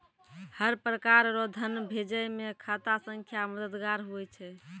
हर प्रकार रो धन भेजै मे खाता संख्या मददगार हुवै छै